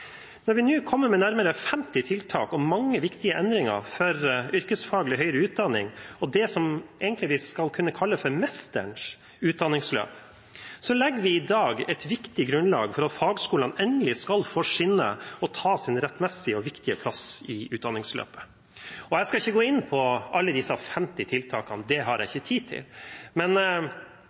Når vi nå kommer med nærmere 50 tiltak og mange viktige endringer for yrkesfaglig høyere utdanning – det som vi egentlig skal kunne kalle for mesterens utdanningsløp – legger vi i dag et viktig grunnlag for at fagskolene endelig skal få skinne og ta sin rettmessige og viktige plass i utdanningsløpet. Jeg skal ikke gå inn på alle disse 50 tiltakene, det har jeg ikke tid til, men